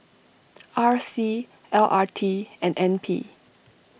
R C L R T and N P